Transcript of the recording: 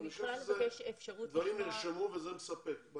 הדברים נרשמו וזה מספק.